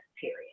period